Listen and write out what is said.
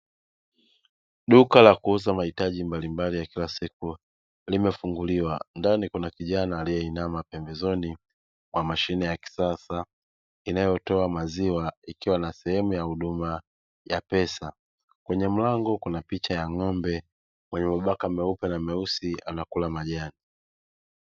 Duka la kuuza mahitaji mbalimbali ya kila siku limefunguliwa, ndani kuna kijana aliyeinama pembezoni mwa mashine ya kisasa inayotoa maziwa ikiwa na sehemu ya huduma ya pesa. Kwenye mlango kuna picha ya ng'ombe mwenye mabaka meusi na meupe akila majani.